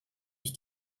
ich